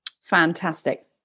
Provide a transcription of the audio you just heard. Fantastic